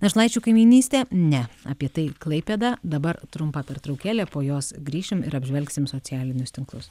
našlaičių kaimynystė ne apie tai klaipėda dabar trumpa pertraukėlė po jos grįšime ir apžvelgsime socialinius tinklus